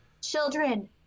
children